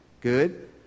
Good